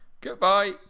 goodbye